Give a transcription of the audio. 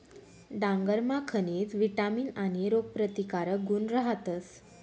डांगरमा खनिज, विटामीन आणि रोगप्रतिकारक गुण रहातस